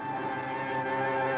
and